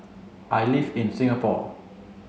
I live in Singapore